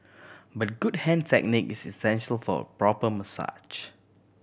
but good hand technique is essential for a proper massage